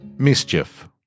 Mischief